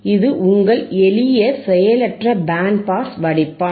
இது உங்கள் எளிய செயலற்ற பேண்ட் பாஸ் வடிப்பான்